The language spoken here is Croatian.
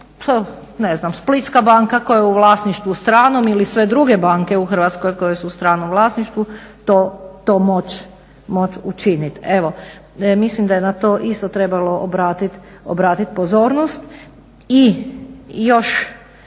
ne znam Splitska banka koja je u vlasništvu stranom ili sve druge banke u Hrvatskoj koje su u stranom vlasništvu to moći učiniti. Evo mislim da je i na to trebalo isto obratiti pozornost. I još